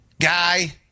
guy